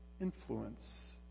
influence